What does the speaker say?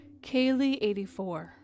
Kaylee84